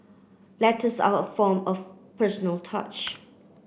letters are a form of personal touch